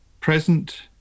present